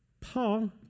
Paul